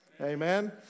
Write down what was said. Amen